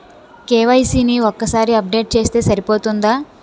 KYC ని ఒక్కసారి update చేస్తే సరిపోతుందా?